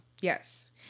Yes